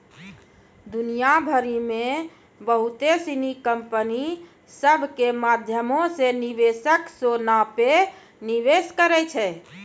दुनिया भरि मे बहुते सिनी कंपनी सभ के माध्यमो से निवेशक सोना पे निवेश करै छै